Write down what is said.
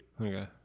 Okay